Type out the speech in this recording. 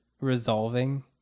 resolving